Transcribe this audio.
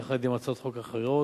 יחד עם הצעות חוק אחרות,